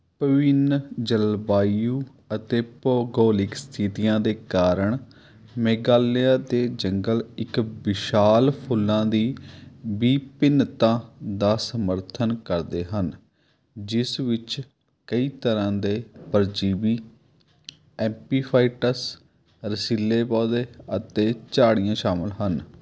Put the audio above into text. ਵਿਭਿੰਨ ਜਲਵਾਯੂ ਅਤੇ ਭੂਗੋਲਿਕ ਸਥਿਤੀਆਂ ਦੇ ਕਾਰਨ ਮੇਘਾਲਿਆ ਦੇ ਜੰਗਲ ਇੱਕ ਵਿਸ਼ਾਲ ਫੁੱਲਾਂ ਦੀ ਵਿਭਿੰਨਤਾ ਦਾ ਸਮਰਥਨ ਕਰਦੇ ਹਨ ਜਿਸ ਵਿੱਚ ਕਈ ਤਰ੍ਹਾਂ ਦੇ ਪਰਜੀਵੀ ਐਪੀਫਾਈਟਸ ਰਸੀਲੇ ਪੌਦੇ ਅਤੇ ਝਾੜੀਆਂ ਸ਼ਾਮਲ ਹਨ